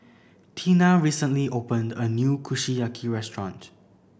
Tina recently opened a new Kushiyaki restaurant